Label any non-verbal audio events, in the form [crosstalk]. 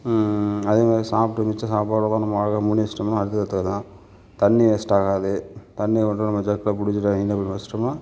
அதே மாதிரி சாப்பிட்டு மிச்ச சாப்பாடு உக்கார்ந்து நம்ம அழகாக மூடி வச்சுட்டோம்னா [unintelligible] தண்ணி வேஸ்ட்டாகாது தண்ணி கொண்டு வந்து நம்ம ஜக்கில் பிடிச்சி டைனிங் டேபிளில் வச்சுட்டோம்னா